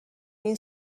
این